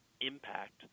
impact